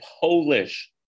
Polish